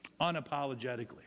unapologetically